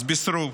אז בישרו.